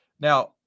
Now